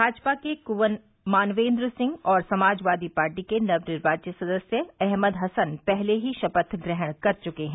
भाजपा के कुंवर मानवेन्द्र सिंह और समाजवादी पार्टी के नव निर्वाचित सदस्य अहमद हसन पहले ही शप्थ ग्रहण कर चुके हैं